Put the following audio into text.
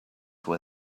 where